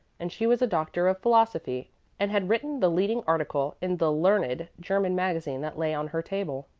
and she was a doctor of philosophy and had written the leading article in the learned german magazine that lay on her table.